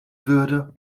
würde